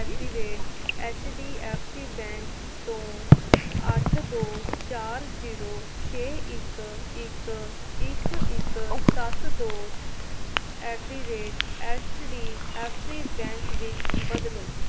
at the rate H D F C bank ਤੋਂ ਅੱਠ ਦੋ ਚਾਰ ਜ਼ੀਰੋ ਛੇ ਇੱਕ ਇੱਕ ਇੱਕ ਇੱਕ ਸੱਤ ਦੋ at the rate D F C bank ਵਿੱਚ ਬਦਲੋ